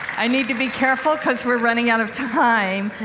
i need to be careful because we're running out of time.